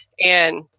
And-